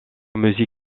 musique